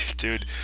Dude